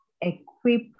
equip